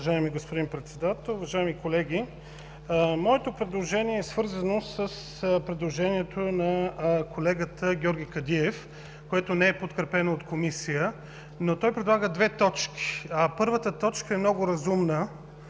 Уважаеми господин Председател, уважаеми колеги! Моето предложение е свързано с предложението на колегата Георги Кадиев, което не е подкрепено от Комисията, но той предлага две точки. Първата точка е много разумна